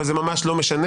אבל זה ממש לא משנה.